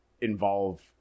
involve